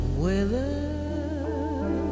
weather